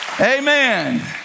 Amen